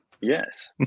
Yes